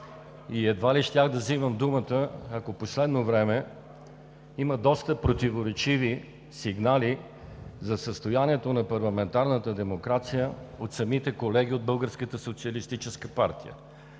Едва ли щях да взема думата, но в последно време има доста противоречиви сигнали за състоянието на парламентарната демокрация от самите колеги от